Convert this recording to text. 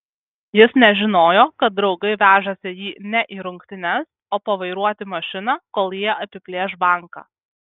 jis nežinojo kad draugai vežasi jį ne į rungtynes o pavairuoti mašiną kol jie apiplėš banką